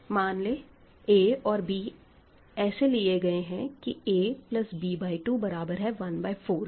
मान ले a और b ऐसे लिए गए हैं कि a प्लस b बाय 2 बराबर है 1 बाय 4 के